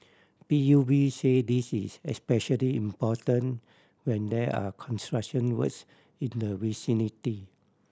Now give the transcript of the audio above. P U B say this is especially important when there are construction works in the vicinity